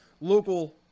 local